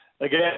again